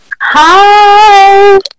Hi